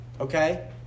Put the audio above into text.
Okay